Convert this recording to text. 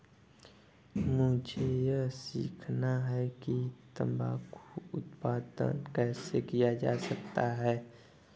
मुझे यह सीखना है कि तंबाकू उत्पादन कैसे किया जा सकता है?